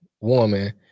woman